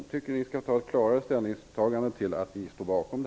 Jag tycker att ni skall förklara ert ställningstagande.